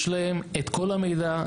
יש להם את כל המידע,